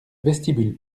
vestibule